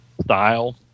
style